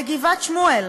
בגבעת-שמואל